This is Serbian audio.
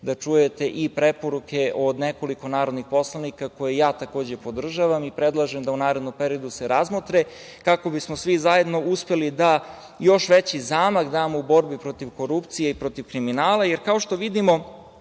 da čujete i preporuke od nekoliko narodnih poslanika, koje i ja takođe podržavam i predlažem da u narednom periodu se razmotre, kako bi smo svi zajedno uspeli da damo još veći zamah u borbi protiv korupcije i protiv kriminala. Kao što vidimo,